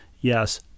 yes